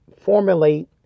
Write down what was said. formulate